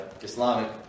Islamic